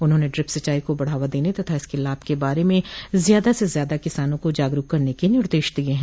उन्होंने डिप्र सिंचाई को बढ़ावा देने तथा इसके लाभ के बारे में ज्यादा से ज्यादा किसानों को जागरूक करने के निर्देश दिये है